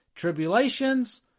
tribulations